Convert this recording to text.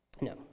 no